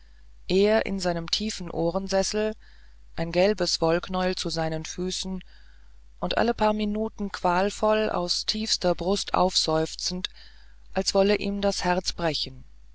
er in seinem ohrensessel ein gelbes wollknäuel zu seinen füßen und alle paar minuten qualvoll aus tiefster brust aufseufzend als wolle ihm das herz brechen